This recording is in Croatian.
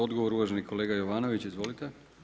Odgovor uvaženi kolega Jovanović, izvolite.